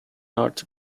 art